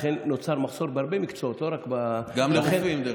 לכן נוצר מחסור בהרבה מקצועות, לא רק, גם לאחרים.